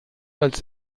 als